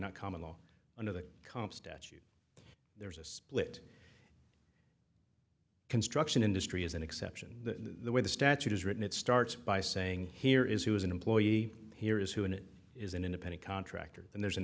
not common law under the comp statute there's a split construction industry is an exception the way the statute is written it starts by saying here is who is an employee here is who in it is an independent contractor and there's an